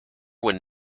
when